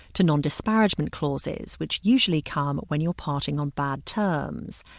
to non-disparagement clauses, which usually come when you're parting on bad terms.